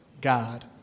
God